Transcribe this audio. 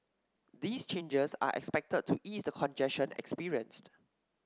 these changes are expected to ease the congestion experienced